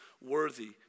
worthy